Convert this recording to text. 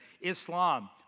Islam